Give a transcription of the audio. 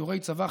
סיורי צבא,